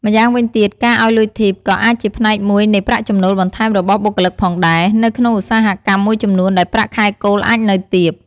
ម្យ៉ាងវិញទៀត ការឲ្យលុយធីប ក៏អាចជាផ្នែកមួយនៃប្រាក់ចំណូលបន្ថែមរបស់បុគ្គលិកផងដែរ នៅក្នុងឧស្សាហកម្មមួយចំនួនដែលប្រាក់ខែគោលអាចនៅទាប។